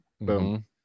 Boom